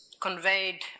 conveyed